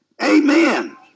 Amen